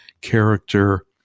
character